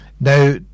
now